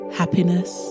happiness